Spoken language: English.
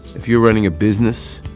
if you're running a business,